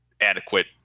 adequate